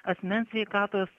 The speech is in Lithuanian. asmens sveikatos